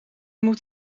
moet